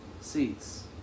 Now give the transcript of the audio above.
seats